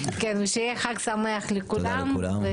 שיהיה חג שמח לכולם.